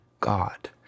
God